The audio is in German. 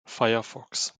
firefox